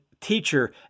teacher